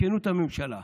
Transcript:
בכנות הממשלה,